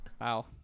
Wow